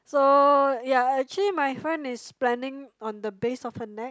so ya actually my friend is planning on the base of her neck